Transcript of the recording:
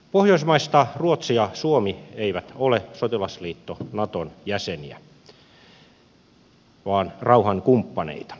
pohjoismaista ruotsi ja suomi eivät ole sotilasliitto naton jäseniä vaan rauhankumppaneita